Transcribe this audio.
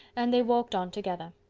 and they walked on together.